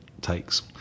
takes